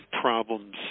problems